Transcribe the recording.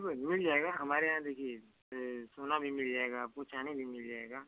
हाँ सर मिल जाएगा हमारे यहाँ देखिए सोना भी मिल जाएगा आपको चांदी भी मिल जाएगा